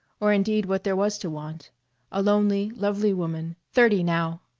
or indeed what there was to want a lonely, lovely woman, thirty now,